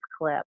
clip